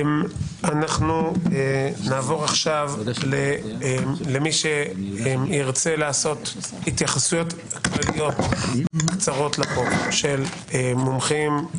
אנחנו נעבור עכשיו למי שירצה התייחסות כללית קצרה לחוק ממומחים,